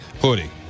Hoodie